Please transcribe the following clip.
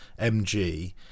MG